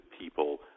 people